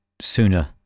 sooner